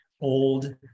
old